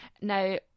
Now